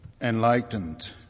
enlightened